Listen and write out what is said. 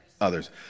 Others